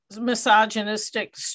misogynistic